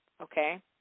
okay